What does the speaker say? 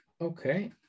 Okay